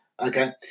Okay